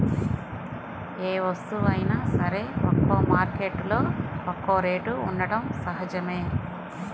ఏ వస్తువైనా సరే ఒక్కో మార్కెట్టులో ఒక్కో రేటు ఉండటం సహజమే